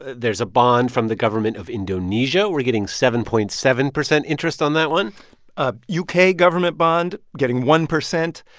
there's a bond from the government of indonesia. we're getting seven point seven zero interest on that one a u k. government bond getting one percent.